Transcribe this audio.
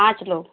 पाँच लोग